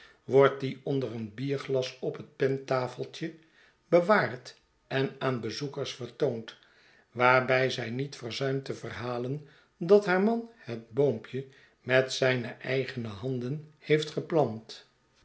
wordt die onder een bierglas op hetpenanttafeltje bewaard en aan bezoekers vertoond waarbij zij niet verzuimt te verhalen dat haar man het boompje met zijne eigene handen heeft geplant